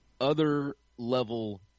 other-level